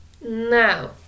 Now